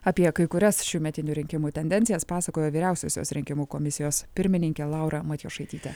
apie kai kurias šiųmetinių rinkimų tendencijas pasakojo vyriausiosios rinkimų komisijos pirmininkė laura matjošaitytė